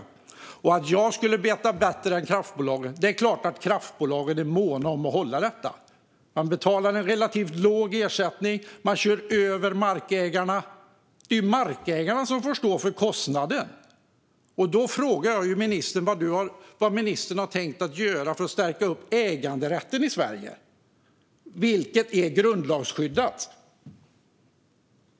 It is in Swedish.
När det gäller att jag skulle veta bättre än kraftbolagen är det klart att kraftbolagen är måna om att behålla detta. Man betalar en relativt låg ersättning och kör över markägarna. Det är markägarna som får stå för kostnaden. Då frågar jag ministern vad han har tänkt göra för att stärka äganderätten i Sverige, som är grundlagsskyddad.